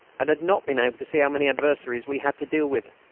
and had not been able to see how many adversaries we had to deal with.